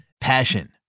Passion